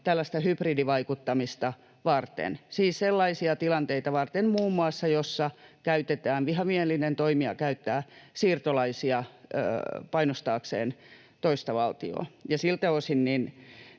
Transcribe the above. tällaista hybridivaikuttamista varten, siis muun muassa sellaisia tilanteita varten, joissa vihamielinen toimija käyttää siirtolaisia painostaakseen toista valtiota. Ja siltä osin